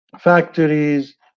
factories